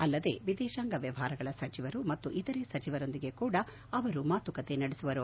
ಅಲ್ಲದೆ ವಿದೇಶಾಂಗ ವ್ಯವಹಾರಗಳ ಸಚಿವರು ಮತ್ತು ಇತರೆ ಸಚಿವರೊಂದಿಗೆ ಕೂಡ ಅವರು ಮಾತುಕತೆ ನಡೆಸುವರು